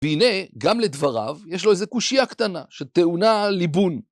והנה, גם לדבריו, יש לו איזו קושייה קטנה, שטעונה ליבון.